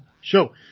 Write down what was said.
show